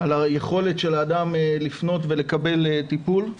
על היכולת של אדם לפנות ולקבל טיפול.